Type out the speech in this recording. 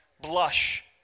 blush